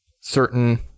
certain